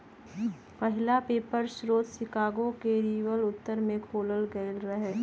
पहिला पेपर स्रोत शिकागो के रिवर उत्तर में खोलल गेल रहै